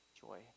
joy